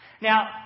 Now